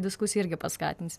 diskusiją irgi paskatins